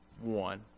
one